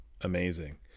amazing